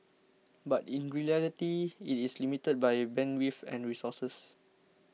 but in reality it is limited by bandwidth and resources